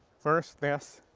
first this.